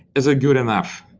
is it good enough?